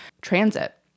transit